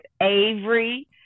Avery